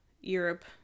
Europe